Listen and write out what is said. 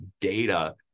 data